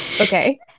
Okay